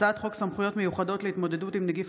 הצעת חוק סמכויות מיוחדות להתמודדות עם נגיף